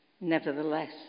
Nevertheless